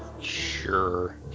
Sure